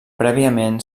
prèviament